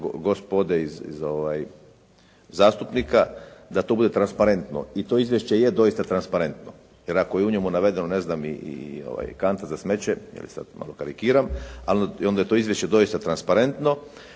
gospode zastupnika da to bude transparentno. I to izvješće je doista transparentno, jer ako je u njemu navedeno ne znam i kanta za smeće, je li sad malo karikiram onda je to izvješće doista transparentno.